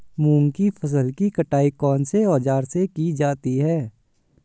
मूंग की फसल की कटाई कौनसे औज़ार से की जाती है?